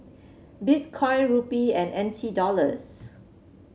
Bitcoin Rupee and N T Dollars